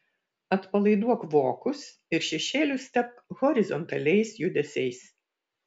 atpalaiduok vokus ir šešėlius tepk horizontaliais judesiais